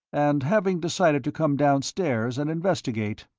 and having decided to come downstairs and investigate,